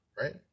right